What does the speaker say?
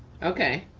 okay.